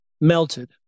melted